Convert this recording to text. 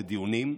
בדיונים,